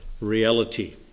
reality